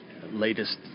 latest